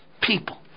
people